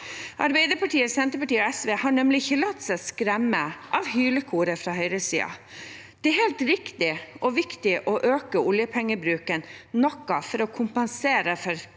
Arbeiderpartiet, Senterpartiet og SV har nemlig ikke latt seg skremme av hylekoret fra høyresiden. Det er helt riktig og viktig å øke oljepengebruken noe for å kompensere for